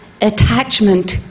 attachment